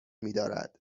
میدارد